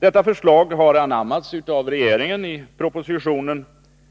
Detta förslag har anammats av regeringen i proposition